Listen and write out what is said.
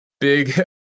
big